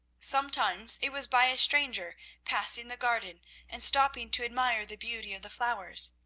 sometimes it was by a stranger passing the garden and stopping to admire the beauty of the flowers.